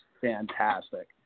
fantastic